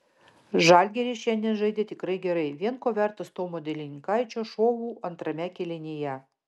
žalgiris šiandien žaidė tikrai gerai vien ko vertas tomo delininkaičio šou antrame kėlinyje